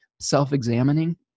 Self-examining